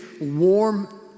warm